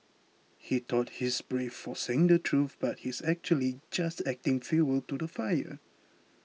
he thought he's brave for saying the truth but he's actually just adding fuel to the fire